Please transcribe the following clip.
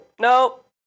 Nope